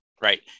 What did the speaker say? right